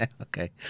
Okay